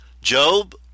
Job